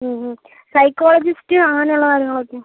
psychologist അങ്ങനുള്ള കാര്യങ്ങളൊക്കെ